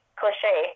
cliche